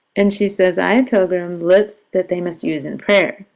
and she says, ay, pilgrim, lips that they must use in prayer.